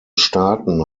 staaten